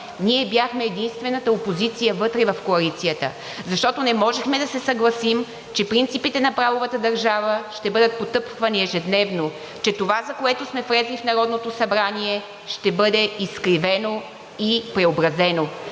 ние бяхме единствената опозиция вътре в Коалицията, защото не можехме да се съгласим, че принципите на правовата държава ще бъдат потъпквани ежедневно, че затова, за което сме влезли в Народното събрание, ще бъде изкривено и преобразено.